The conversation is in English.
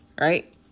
Right